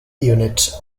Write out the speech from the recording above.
units